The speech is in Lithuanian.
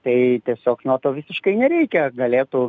tai tiesiog na to visiškai nereikia galėtų